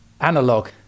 Analog